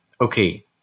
Okay